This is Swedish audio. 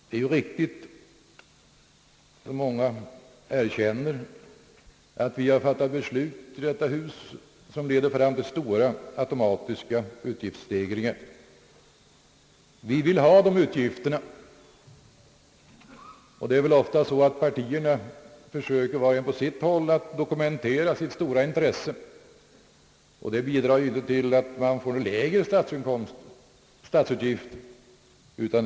Det är riktigt — som många erkänner — att vi har fattat beslut i detta hus som leder till stora automatiska utgiftsstegringar. Vi vill ha de utgifterna, och partierna försöker vart och ett på sitt håll dokumentera sitt stora intresse, vilket inte bidrar till lägre statsutgifter.